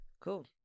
Cool